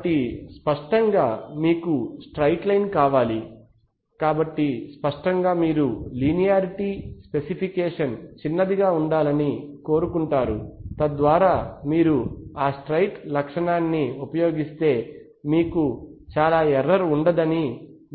కాబట్టి స్పష్టంగా మీకు స్ట్రైట్ లైన్ కావాలి కాబట్టి స్పష్టంగా మీరు లీనియారిటీ స్పెసిఫికేషన్ చిన్నదిగా ఉండాలని కోరుకుంటారు తద్వారా మీరు ఆ స్ట్రైట్ లక్షణాన్ని ఉపయోగిస్తే మీకు చాలా ఎర్రర్ ఉండదని